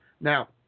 Now